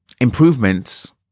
Improvements